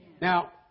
Now